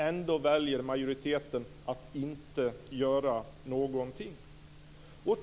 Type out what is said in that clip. Ändå väljer majoriteten att inte göra någonting.